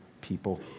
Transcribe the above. people